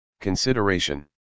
consideration